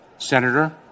Senator